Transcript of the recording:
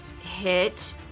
hit